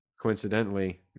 coincidentally